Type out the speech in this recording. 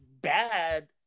bad